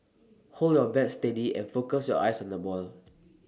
hold your bat steady and focus your eyes on the ball